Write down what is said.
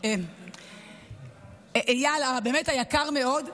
אייל היקר מאוד,